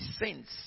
saints